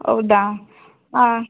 ಹೌದಾ ಹಾಂ